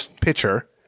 pitcher